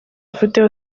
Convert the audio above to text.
video